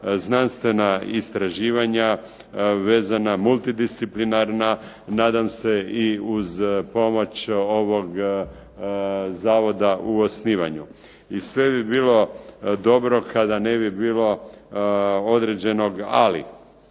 znanstvena istraživanja vezana multidisciplinarna, nadam se i uz pomoć ovog zavoda u osnivanju. I sve bi bilo dobro kada ne bi bilo određenog ali.